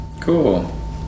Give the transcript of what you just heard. Cool